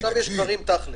עכשיו יש תכלס.